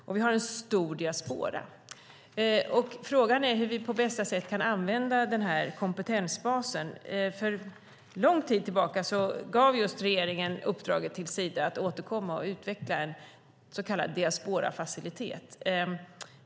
Vi har också en stor diaspora. Frågan är hur vi på bästa sätt kan använda denna kompetensbas. Regeringen gav för länge sedan Sida uppdraget att återkomma och utveckla en så kallad diasporafacilitet.